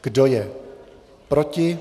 Kdo je proti?